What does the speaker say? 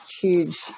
huge